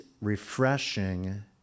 refreshing